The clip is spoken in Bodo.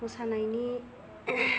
मोसानायनि